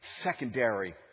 secondary